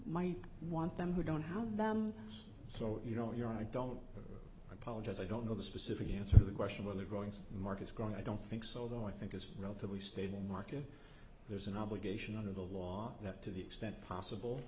might want them who don't have them so you know your i don't apologize i don't know the specific answer the question really growing markets going i don't think so though i think it's relatively stable market there's an obligation under the law that to the extent possible